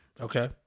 Okay